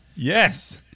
Yes